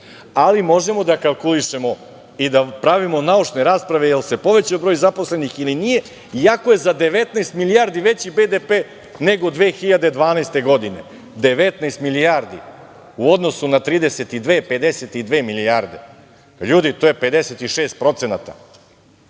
možemo da kalkulišemo i da pravimo naučne rasprave da li se povećao broj zaposlenih ili nije, iako je za 19 milijardi veći BDP nego 2012. godine. Dakle, 19 milijardi u odnosu na 32, 52 milijarde, ljudi, to je 56%.